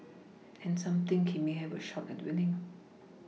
and some think he may have a shot at winning